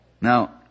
Now